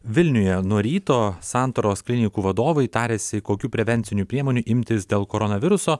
vilniuje nuo ryto santaros klinikų vadovai tarėsi kokių prevencinių priemonių imtis dėl koronaviruso